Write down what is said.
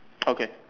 okay